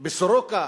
ב"סורוקה",